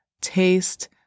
taste